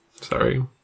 Sorry